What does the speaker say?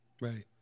Right